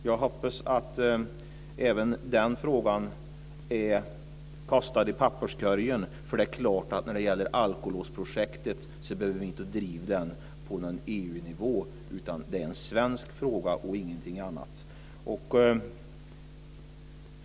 Jag hoppas att även den frågan är kastad i papperskorgen. Det är klart att alkolåsprojektet behöver vi inte driva på EU-nivå. Det är en svensk fråga och ingenting annat.